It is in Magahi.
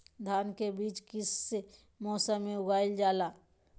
धान के बीज किस मौसम में उगाईल जाला?